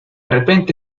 repente